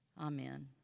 Amen